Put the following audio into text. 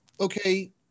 okay